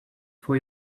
for